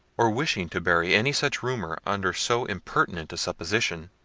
or wishing to bury any such rumour under so impertinent a supposition,